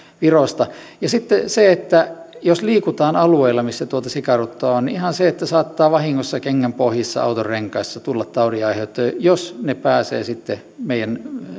virosta ja sitten jos liikutaan alueilla missä tuota sikaruttoa on ihan saattaa vahingossa kengänpohjissa autonrenkaissa tulla taudinaiheuttajia ja jos ne pääsevät sitten meidän